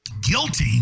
guilty